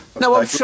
No